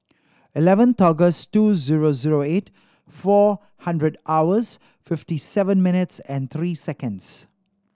eleventh August two zero zero eight four hundred hours fifty seven minutes and three seconds